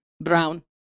Brown